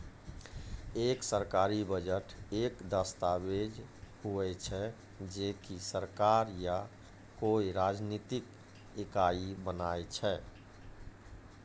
एक सरकारी बजट एक दस्ताबेज हुवै छै जे की सरकार या कोय राजनितिक इकाई बनाय छै